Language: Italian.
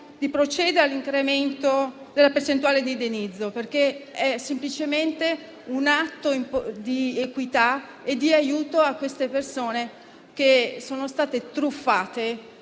di procedere all'incremento della percentuale di indennizzo, perché è semplicemente un atto di equità e di aiuto a queste persone che sono state truffate